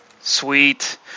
Sweet